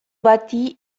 bati